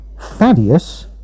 Thaddeus